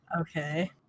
Okay